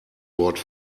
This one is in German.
wort